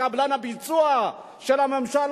כקבלן הביצוע של הממשל,